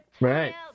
Right